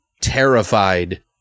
Terrified